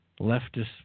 leftist